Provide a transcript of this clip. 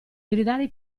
gridare